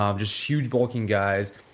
um just huge bulking guys,